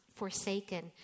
Forsaken